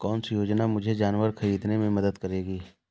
कौन सी योजना मुझे जानवर ख़रीदने में मदद करेगी?